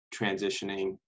transitioning